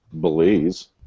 Belize